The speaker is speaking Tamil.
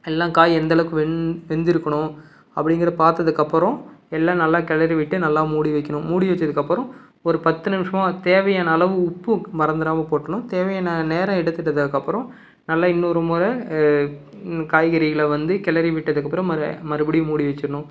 எல்லாம் காய் எந்தளவுக்கு வெந் வெந்திருக்கணும் அப்படிங்கிறத பார்த்ததுக்கு அப்புறம் எல்லாம் நல்லா கிளறி விட்டு நல்லா மூடி வைக்கணும் மூடி வைச்சதுக்கு அப்புறம் ஒரு பத்து நிமிஷமாக தேவையான அளவு உப்பு மறந்துவிடாம போட்டுடணும் தேவையான நேரம் எடுத்துக்கிட்டதுக்கு அப்புறம் நல்லா இன்னொரு மொறை காய்கறிகளை வந்து கிளறி விட்டதுக்கு அப்புறம் மறு மறுபடியும் மூடி வெச்சிடணும்